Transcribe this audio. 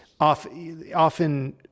often